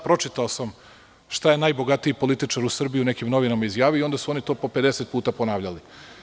Pročitao sam šta je najbogatiji političar u Srbiji u nekim novinama izjavio i onda su to oni po 50 puta ponavljali.